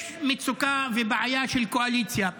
יש מצוקה ובעיה של קואליציה,